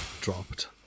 dropped